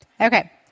Okay